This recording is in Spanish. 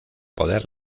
poder